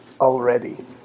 already